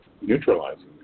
neutralizing